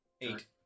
eight